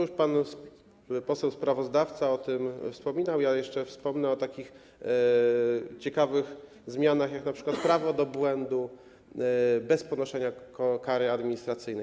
Już pan poseł sprawozdawca o tym wspominał, ja jeszcze wspomnę o takich ciekawych zmianach, jak np. prawo do błędu bez ponoszenia kary administracyjnej.